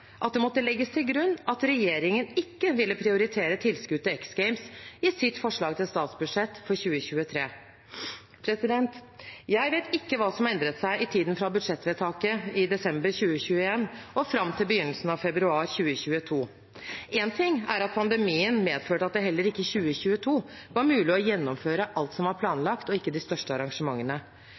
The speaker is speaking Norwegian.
at det måtte legges til grunn at regjeringen ikke ville prioritere tilskudd til X Games i sitt forslag til statsbudsjett for 2023. Jeg vet ikke hva som endret seg i tiden fra budsjettvedtaket i desember 2021 og fram til begynnelsen av februar 2022. Én ting er at pandemien medførte at det heller ikke i 2022 var mulig å gjennomføre alt som var planlagt, og ikke de største arrangementene